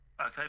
Okay